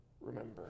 remember